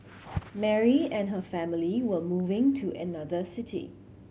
Mary and her family were moving to another city